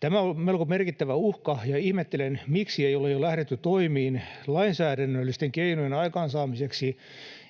Tämä on melko merkittävä uhka, ja ihmettelen, miksi ei ole jo lähdetty toimiin lainsäädännöllisten keinojen aikaansaamiseksi,